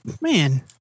man